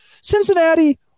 Cincinnati